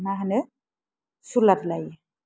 मा होनो सुलाद लायो